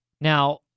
now